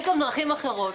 יש גם דרכים אחרות.